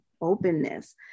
openness